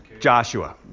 Joshua